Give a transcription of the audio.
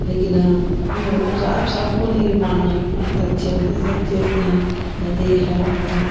लेकिन सब सब को नेईं मानना कि पंत अच्छे सच्चे होते है जां जे है बो है